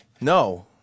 No